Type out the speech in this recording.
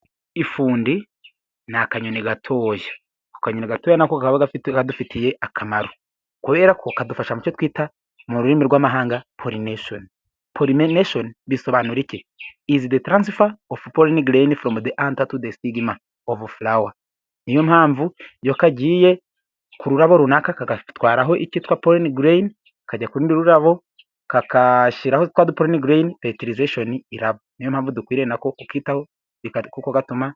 Ifundi nakanyoni gatoyakanyo gatotare n naaka kabaga gafite ahadufitiye akamaro guhera ko kadufasha mucyo twita mu rurimi rw'amahanga polnetion polmenation bisobanura iki izi the trancifa offolnygreen for the anntar to tdestigmen oflower niyo mpamvu iyo kagiye ku rurabo runaka katwaraho ikitwa polin graye kajya ku rurabo kakashyirahotwadpron grane petilisation niyo mpamvu dukwiriye nako ukitaho kuko gatuma